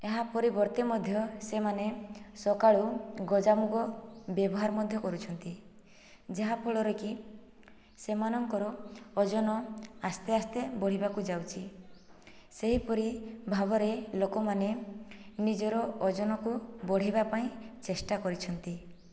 ଏହା ପରିବର୍ତ୍ତେ ମଧ୍ୟ ସେମାନେ ସକାଳୁ ଗଜାମୁଗ ବ୍ୟବହାର ମଧ୍ୟ କରୁଛନ୍ତି ଯାହାଫଳରେକି ସେମାନଙ୍କର ଓଜନ ଆସ୍ତେ ଆସ୍ତେ ବଢ଼ିବାକୁ ଯାଉଛି ସେହିପରି ଭାବରେ ଲୋକମାନେ ନିଜର ଓଜନକୁ ବଢ଼ାଇବା ପାଇଁ ଚେଷ୍ଟା କରିଛନ୍ତି